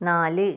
നാല്